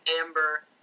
Amber